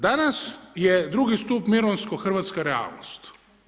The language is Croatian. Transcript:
Danas je drugi stup mirovinskog hrvatska realnost.